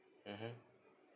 mmhmm